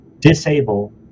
disable